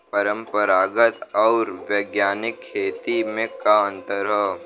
परंपरागत आऊर वैज्ञानिक खेती में का अंतर ह?